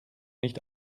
nicht